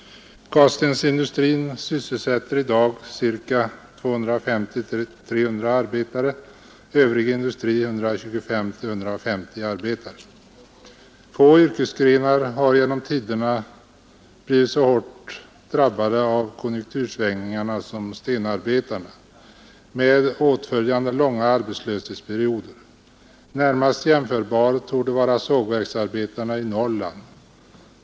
Kantstensindustrin sysselsätter i dag 250—300 arbetare, övrig industri 125—150 arbetare. Få yrkesgrupper har genom tiderna blivit så hårt drabbade av konjunktursvängningarna som stenarbetarna, med åtföljande långa arbetslöshetsperioder. Närmast jämförbara torde vara sågverksarbetarna i Norrland.